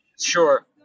sure